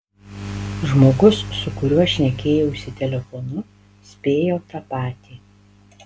žmogus su kuriuo šnekėjausi telefonu spėjo tą patį